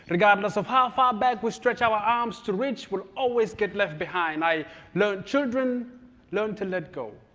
regardless of how far back we stretch our arms to reach will always get left behind, i learned, children learn to let go.